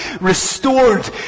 restored